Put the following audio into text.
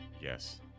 Yes